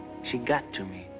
she got to me.